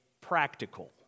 practical